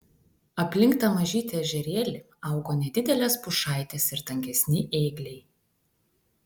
aplink tą mažytį ežerėlį augo nedidelės pušaitės ir tankesni ėgliai